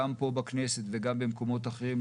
גם פה בכנסת וגם במקומות אחרים,